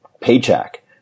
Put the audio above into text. paycheck